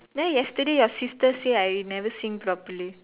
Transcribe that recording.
then yesterday you sister say I never sing properly